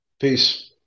Peace